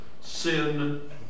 sin